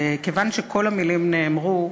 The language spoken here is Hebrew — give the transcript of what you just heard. וכיוון שכל המילים נאמרו,